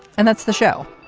and that's the show.